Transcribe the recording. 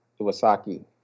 Iwasaki